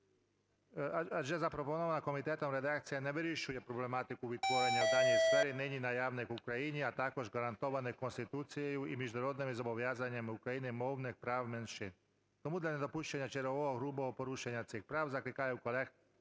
Адже запропонована комітетом редакція не вирішує проблематику відтворення в даній сфері нині наявних в Україні, а також гарантованих Конституцією і міжнародними зобов'язаннями України, мовних прав меншин. Тому для недопущення чергового грубого порушення цих прав закликаю колег